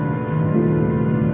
or